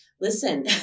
Listen